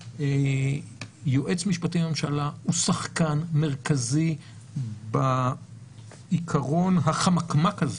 היועץ המשפטי לממשלה הוא שחקן מרכזי בעיקרון החמקמק הזה